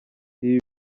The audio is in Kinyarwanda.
ibi